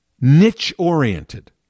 niche-oriented